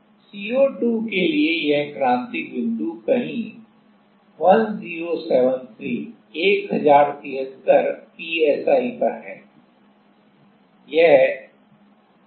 तो और CO2 के लिए यह क्रांतिक बिंदु कहीं 1073 psi पर है